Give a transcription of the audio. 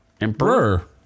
Emperor